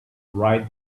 ride